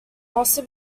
also